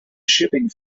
shipping